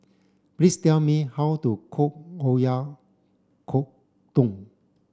please tell me how to cook Oyakodon